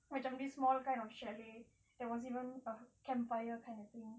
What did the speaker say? macam this small kind of chalet there was even campfire kind of thing